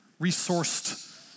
resourced